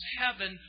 heaven